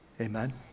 Amen